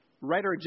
Writer